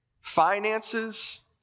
Finances